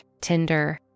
Tinder